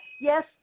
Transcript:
yes